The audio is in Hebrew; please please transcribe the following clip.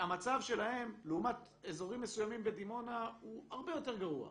שהמצב שלהן לעומת אזורים מסוימים בדימונה הוא הרבה יותר גרוע.